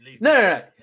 no